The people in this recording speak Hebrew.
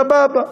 סבבה.